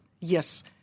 yes